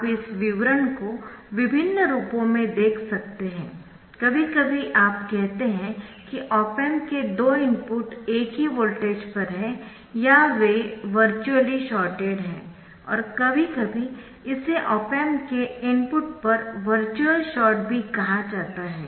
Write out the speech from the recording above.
आप इस विवरण को विभिन्न रूपों में देख सकते है कभी कभी आप कहते है कि ऑप एम्प के दो इनपुट एक ही वोल्टेज पर है या वे वर्चुअली शॉर्टेड है और कभी कभी इसे ऑप एम्प के इनपुट पर वर्चुअल शॉर्ट भी कहा जाता है